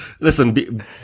listen